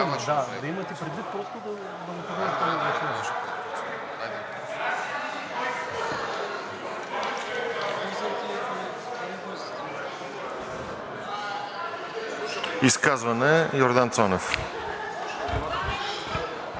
Изказване – Йордан Цонев.